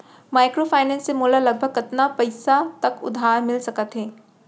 Microfinance से मोला लगभग कतना पइसा तक उधार मिलिस सकत हे?